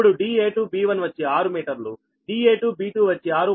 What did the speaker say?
ఇప్పుడు da2b1 వచ్చి ఆరు మీటర్లుda2b2 వచ్చి 6